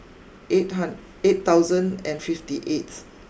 eight eight thousand and fifty eighth